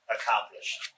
accomplished